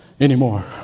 anymore